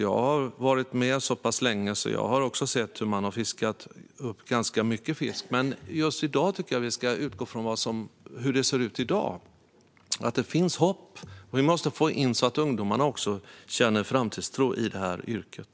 Jag har varit med så pass länge att jag har sett att man har fiskat upp ganska mycket fisk. Men just nu tycker jag att vi ska utgå ifrån hur det ser ut i dag. Det finns hopp, men vi måste få också ungdomarna att känna framtidstro i det här yrket.